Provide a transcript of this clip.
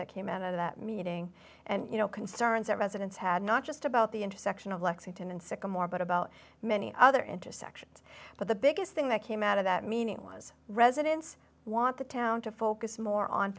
that came out of that meeting and you know concerns that residents had not just about the intersection of lexington and sycamore but about many other intersections but the biggest thing that came out of that meeting was residents want the town to focus more on